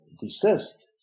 desist